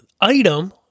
item